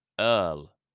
earl